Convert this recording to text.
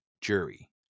jury